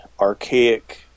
archaic